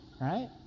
right